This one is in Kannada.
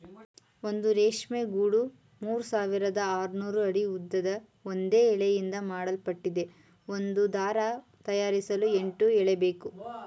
ಒಂದು ರೇಷ್ಮೆ ಗೂಡು ಮೂರ್ಸಾವಿರದ ಆರ್ನೂರು ಅಡಿ ಉದ್ದದ ಒಂದೇ ಎಳೆಯಿಂದ ಮಾಡಲ್ಪಟ್ಟಿದ್ದು ಒಂದು ದಾರ ತಯಾರಿಸಲು ಎಂಟು ಎಳೆಬೇಕು